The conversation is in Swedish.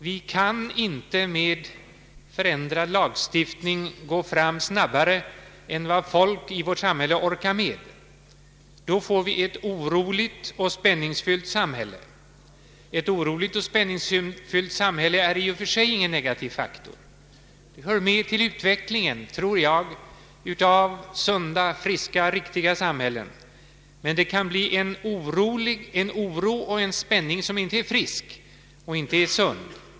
Vi kan inte med förändrad lagstiftning gå fram snabbare än vad folk orkar med. Då får vi ett oroligt och spänningsfyllt samhälle. Detta är i och för sig ingen negativ faktor. Det hör med till utvecklingen av sunda, friska, riktiga samhällen. Men det kan uppstå en oro och en spänning som inte är frisk och sund.